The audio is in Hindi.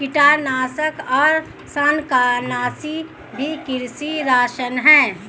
कीटनाशक और शाकनाशी भी कृषि रसायन हैं